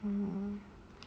mm